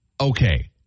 okay